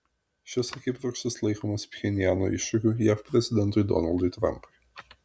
šis akibrokštas laikomas pchenjano iššūkiu jav prezidentui donaldui trampui